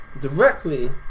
directly